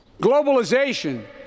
Globalization